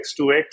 2x